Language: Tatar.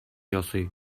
ясый